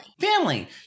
Family